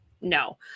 No